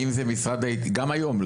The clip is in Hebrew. גם היום,